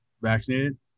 vaccinated